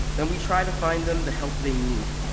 then we try to find them the help they need.